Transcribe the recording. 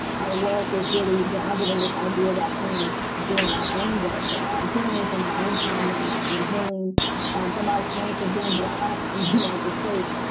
our work is really grounded in this idea that parents doing our own work around healing from our own trauma and healing and from our experience of being black in the united states,